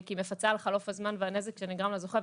כי היא מפצה על חלוף הזמן והנזק שנגרם לזוכה,